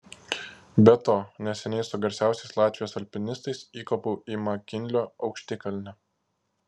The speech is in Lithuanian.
be to neseniai su garsiausiais latvijos alpinistais įkopiau į makinlio aukštikalnę